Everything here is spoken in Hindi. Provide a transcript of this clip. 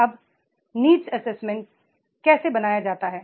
अब नीड्स असेसमेंट कैसे बनाया जाता है